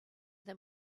them